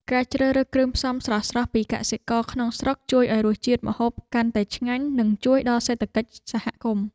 ការជ្រើសរើសគ្រឿងផ្សំស្រស់ៗពីកសិករក្នុងស្រុកជួយឱ្យរសជាតិម្ហូបកាន់តែឆ្ងាញ់ និងជួយដល់សេដ្ឋកិច្ចសហគមន៍។